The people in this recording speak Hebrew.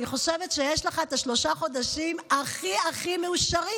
אני חושבת שיש לך את שלושת החודשים הכי הכי מאושרים.